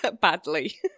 badly